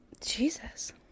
Jesus